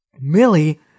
Millie